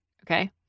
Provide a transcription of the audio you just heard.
Okay